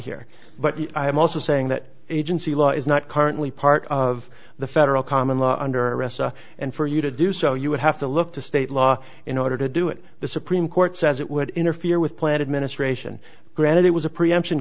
here but i am also saying that agency law is not currently part of the federal common law under arrest and for you to do so you would have to look to state law in order to do it the supreme court says it would interfere with plan administration granted it was a preemption